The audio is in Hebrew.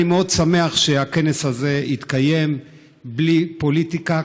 אני מאוד שמח שהכנס הזה התקיים בלי פוליטיקה.